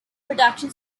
protection